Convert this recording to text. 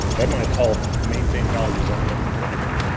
that might help maintain values i'm thinking. what do you think?